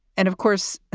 and, of course,